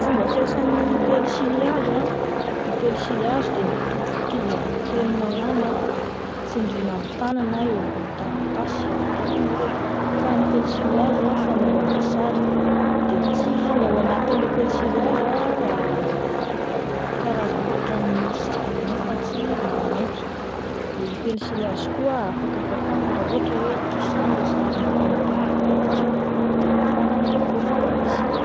Fomba fiasan'ny pensily hazo, ny pensily hazo dia mitovitovy amin'ny penina ihany ah, tsindriana amin'ny tanana eo ambony taratasy de manoratra fa ny pensily hazo ah fanaovana sary de tsy, ny ao anatin'ilay pensily hazo ah karazana ohatrany saribao fa tsy ranomainty, de ny pensily azo koa afaka fafana raha ohatra hoe diso izany ilay sary nataonao teo amin'le taratasy de fafana amin'le goma ilay izy.